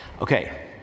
Okay